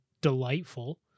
delightful